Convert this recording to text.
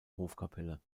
hofkapelle